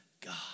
God